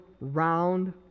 round